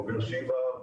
בוגר שיבא,